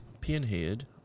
Pinhead